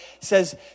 says